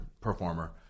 performer